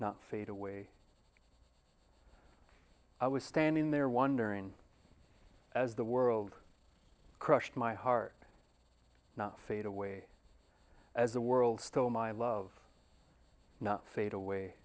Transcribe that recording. not fade away i was standing there wondering as the world crushed my heart not fade away as the world stole my love not fade away